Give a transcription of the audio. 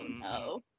no